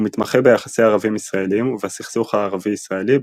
הוא מתמחה ביחסי ערבים-ישראלים ובסכסוך הערבי-ישראלי,